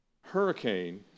hurricane